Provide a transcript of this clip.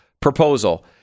proposal